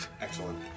Excellent